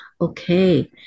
Okay